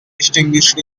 distinguished